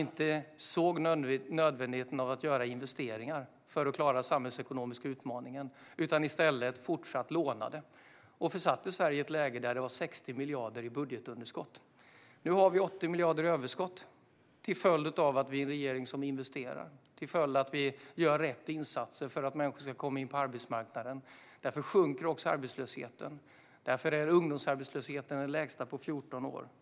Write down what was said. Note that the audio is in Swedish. Man såg inte nödvändigheten av att göra investeringar för att klara den samhällsekonomiska utmaningen. I stället fortsatte man att låna och försatte Sverige i ett läge med 60 miljarder i budgetunderskott. Nu har vi 80 miljarder i överskott till följd av att vi är en regering som investerar och för att vi gör rätt insatser så att människor kan komma in på arbetsmarknaden. Därför sjunker också arbetslösheten. Och därför är ungdomsarbetslösheten den lägsta på 14 år.